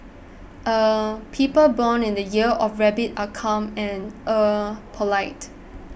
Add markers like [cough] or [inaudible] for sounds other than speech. [hesitation] people born in the year of rabbit are calm and [hesitation] polite